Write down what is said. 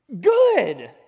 good